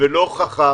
ולא חכם